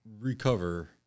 recover –